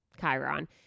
Chiron